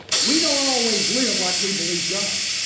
we don't always live like we believe god.